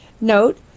Note